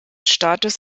status